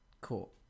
Cool